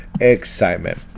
excitement